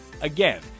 Again